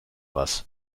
was